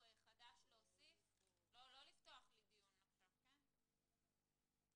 לא לפתוח דיון אלא להוסיף דברים חדשים.